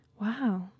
wow